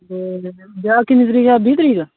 आ ब्याह् किन्नी तरीक ऐ बीह् तरीक ऐ